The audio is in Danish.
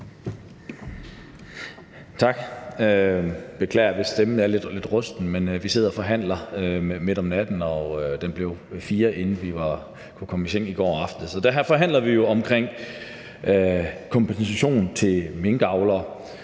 Tak. Jeg beklager, hvis stemmen lyder lidt rusten, men vi sidder og forhandler midt om natten, og klokken blev 4, inden vi kunne komme i seng i går aftes. Der forhandler vi jo om kompensation til minkavlere,